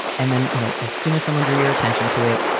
and then, you know, as soon as someone draw your attention to it,